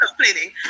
complaining